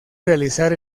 realizar